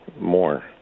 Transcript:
more